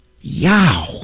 Yow